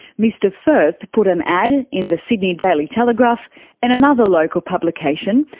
mr firth put an ad in the sydney daily telegraph and another local publication,